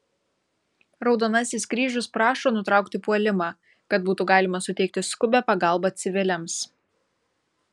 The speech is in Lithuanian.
raudonasis kryžius prašo nutraukti puolimą kad būtų galima suteikti skubią pagalbą civiliams